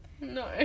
No